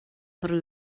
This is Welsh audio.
ryw